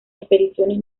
expediciones